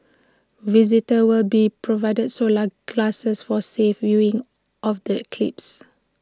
visitors will be provided solar glasses for safe viewing of the eclipse